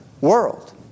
world